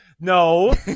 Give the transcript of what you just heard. no